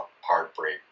heartbreak